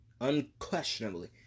unquestionably